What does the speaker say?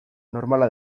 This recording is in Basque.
normala